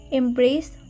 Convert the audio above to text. embrace